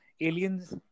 aliens